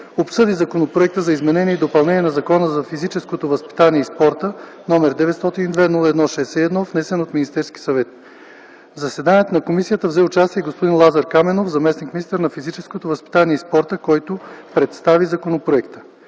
обсъди Законопроект за изменение и допълнение на Закона за физическото възпитание и спорта № 902-01-61, внесен от Министерския съвет. В заседанието на комисията взе участие господин Лазар Каменов – заместник-министър на физическото възпитание и спорта, който представи законопроекта.